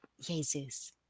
Jesus